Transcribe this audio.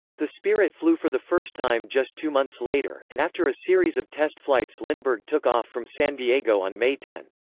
the spirit flew for the first time just two months later, and after a series of test flights lindbergh took off from san diego on may ten.